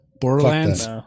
borderlands